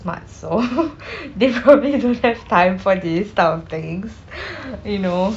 smart so they probably don't have time for this type of things you know